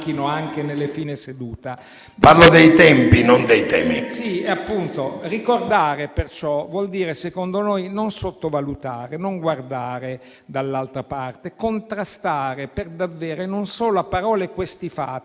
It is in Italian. Parlo dei tempi, non dei temi.